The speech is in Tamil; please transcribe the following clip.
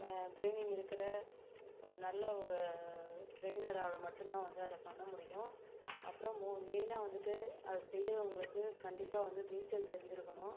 ட்ரெய்னிங் இருக்கிற ஒரு நல்ல ஒரு ட்ரெய்னரால் மட்டும் தான் வந்து அதை பண்ண முடியும் அப்புறம் மோ மெயினாக வந்துட்டு அது செய்யுறவங்களுக்கு கண்டிப்பாக வந்து நீச்சல் தெரிஞ்சிருக்கணும்